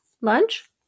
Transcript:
Lunch